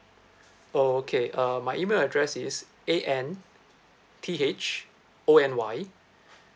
oh okay uh my email address is A N T H O N Y